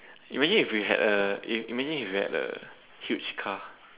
imagine if you had a imagine if you had a huge car